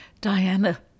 Diana